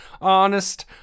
honest